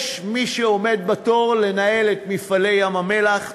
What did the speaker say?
יש מי שעומד בתור לנהל את "מפעלי ים-המלח".